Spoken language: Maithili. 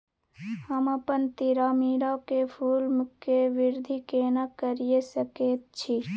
हम अपन तीरामीरा के फूल के वृद्धि केना करिये सकेत छी?